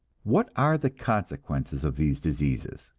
what are the consequences of these diseases?